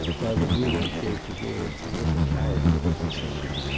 while the movement gave the words a little character of decision.